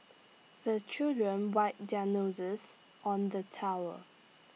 the children wipe their noses on the towel